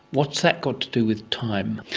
what has that got to do with time?